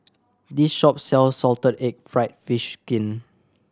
this shop sells salted egg fried fish skin